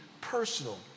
personal